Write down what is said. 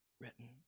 written